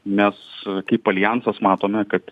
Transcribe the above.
mes kaip aljansas matome kad